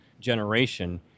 generation